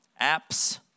apps